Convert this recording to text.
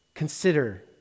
Consider